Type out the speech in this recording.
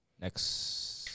next